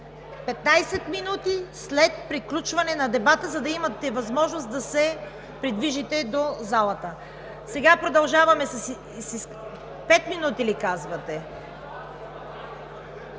минути след приключване на дебата, за да имате възможност да се придвижите до залата. Пет минути ли казвате?